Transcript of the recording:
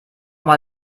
mal